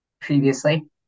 previously